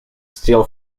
steel